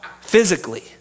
physically